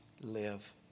live